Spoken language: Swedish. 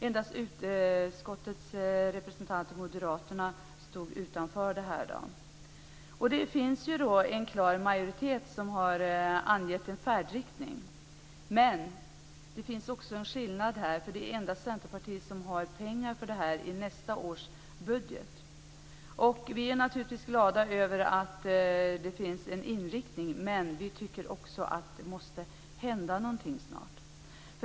Endast de moderata utskottsrepresentanterna stod utanför. Det finns en klar majoritet som har angett en färdriktning. Men det finns också en skillnad, för det är endast Centerpartiet som har avsatt pengar i nästa års budget. Vi är naturligtvis glada över att det finns en inriktning, men vi tycker också att det måste hända någonting snart.